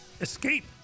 Escape